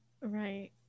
Right